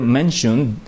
mentioned